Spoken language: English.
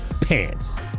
pants